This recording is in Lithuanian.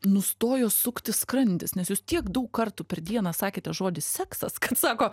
nustojo suktis skrandis nes jus tiek daug kartų per dieną sakėte žodį seksas kad sako